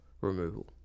removal